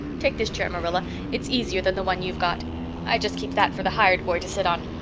take this chair, marilla it's easier than the one you've got i just keep that for the hired boy to sit on.